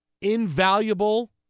invaluable